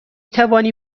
توانی